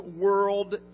world